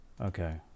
okay